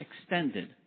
extended